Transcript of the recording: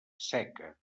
seca